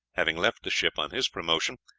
having left the ship on his promotion,